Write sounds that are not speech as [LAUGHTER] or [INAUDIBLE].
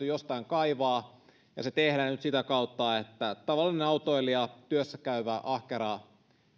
[UNINTELLIGIBLE] jostain kaivaa ja se tehdään nyt sitä kautta että tavallinen autoilija työssäkäyvä ahkera